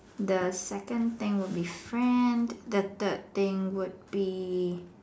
the second thing would be friend the third thing would be